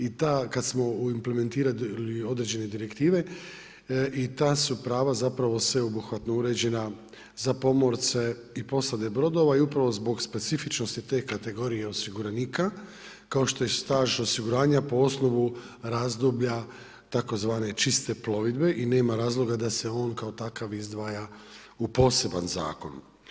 I kad smo implementirali određene direktive i ta su prava zapravo sveobuhvatno uređena za pomorce i posade brodova i upravo zbog specifičnosti te kategorije osiguranika, kao što je staž osiguranja po osnovu razdoblja tzv. čiste plovidbe i nema razloga da se on kao takav izdvaja u poseban zakon.